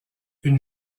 une